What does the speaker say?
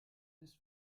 ist